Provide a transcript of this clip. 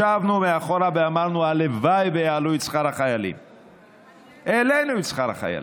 ישבנו מאחור ואמרנו: הלוואי שיעלו את שכר החיילים.